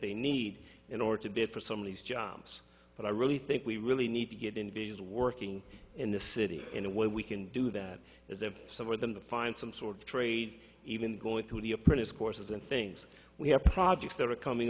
they need in order to be for some of these jobs but i really think we really need to get invasions working in the city in a way we can do that is there some for them to find some sort of trade even going through the apprentice courses and things we have projects that are coming